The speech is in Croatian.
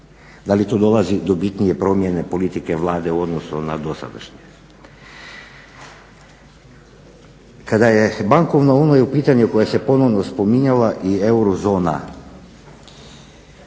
Da li tu dolazi do bitnije promjene politike Vlade u odnosu na dosadašnje? Kada je bankovna unija u pitanju koja se ponovno spominjala i eurozona